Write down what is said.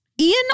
Ian